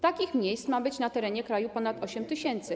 Takich miejsc ma być na terenie kraju ponad 8 tys.